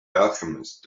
alchemist